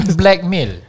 blackmail